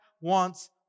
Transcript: wants